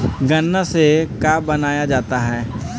गान्ना से का बनाया जाता है?